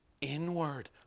inward